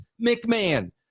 mcmahon